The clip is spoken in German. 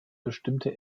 bestimmte